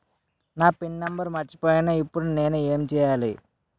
నా PIN number మర్చిపోయాను ఇప్పుడు నేను ఎంచేయాలి?